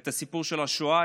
את הסיפור של השואה,